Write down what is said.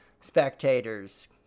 spectators